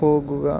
പോകുക